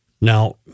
Now